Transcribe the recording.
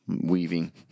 weaving